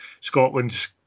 Scotland's